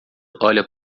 olha